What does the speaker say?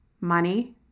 money